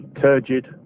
turgid